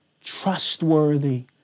trustworthy